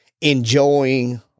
enjoying